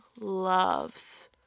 loves